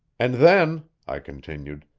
and then, i continued,